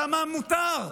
דמם מותר,